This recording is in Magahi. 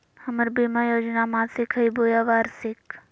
हमर बीमा योजना मासिक हई बोया वार्षिक?